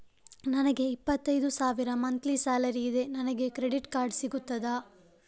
ನನಗೆ ಇಪ್ಪತ್ತೈದು ಸಾವಿರ ಮಂತ್ಲಿ ಸಾಲರಿ ಇದೆ, ನನಗೆ ಕ್ರೆಡಿಟ್ ಕಾರ್ಡ್ ಸಿಗುತ್ತದಾ?